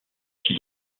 qui